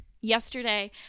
yesterday